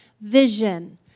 vision